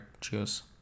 Cheers